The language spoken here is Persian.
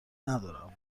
ندارم